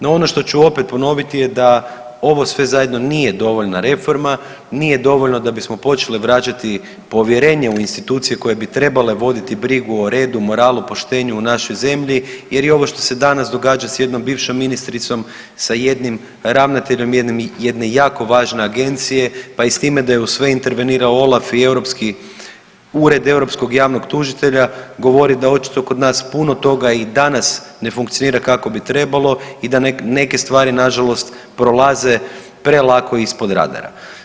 No, ovo što ću opet ponoviti je da ovo sve zajedno nije dovoljna reforma, nije dovoljno da bismo počeli vraćati povjerenje u institucije koje bi trebale voditi brigu o redu, moralu, poštenju u našoj zemlji jer i ovo što se danas događa s jednom bivšom ministricom, sa jednim ravnateljem jedne jako važne agencije, pa i s time da je u sve intervenirao OLAF i europski, Ured europskog javnog tužitelja govori da očito kod nas puno toga i danas ne funkcionira kako bi trebalo i da neke stvari nažalost prolaze prelako ispod radara.